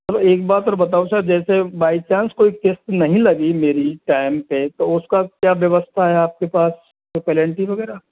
चलो एक बात और बताओ सर जैसे बाई चांस कोई किश्त नहीं लगी मेरी टाइम पे तो उसका क्या व्यवस्था है आपके पास कोई पेलेंटी वगैरह